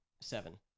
Seven